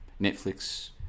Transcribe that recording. Netflix